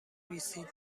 نویسید